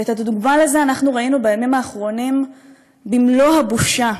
ואת הדוגמה לזה ראינו בימים האחרונים במלוא הבושה,